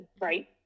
right